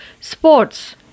sports